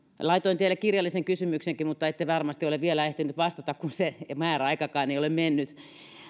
laitoin teille kirjallisen kysymyksenkin mutta ette varmasti ole vielä ehtinyt vastata kun se määräaikakaan ei ole mennyt